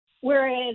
Whereas